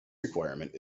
requirement